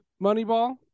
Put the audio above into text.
Moneyball